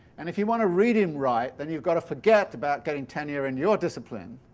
and if you want to read him right, then you've got to forget about getting tenure in your discipline